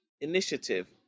Initiative